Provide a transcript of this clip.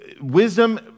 wisdom